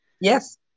Yes